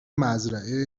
مزرعه